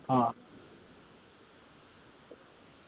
હા